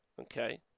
Okay